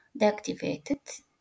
deactivated